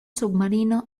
submarino